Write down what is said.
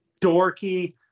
dorky